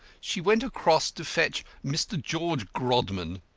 she went across to fetch mr. george grodman,